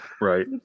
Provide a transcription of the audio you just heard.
Right